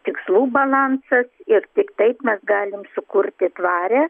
tikslų balansas ir tik taip mes galim sukurti tvarią